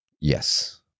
Yes